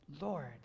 Lord